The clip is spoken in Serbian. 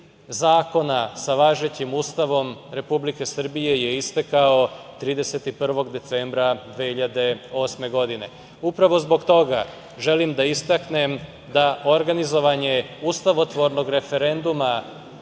zakona sa važećim Ustavom Republike Srbije je istekao 31. decembra 2008. godine. Upravo zbog toga želim da istaknem da organizovanje ustavotvornog referenduma